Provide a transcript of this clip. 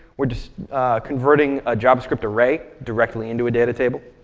we're just converting a javascript array directly into a data table.